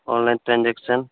online transaction